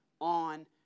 on